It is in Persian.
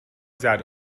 زرد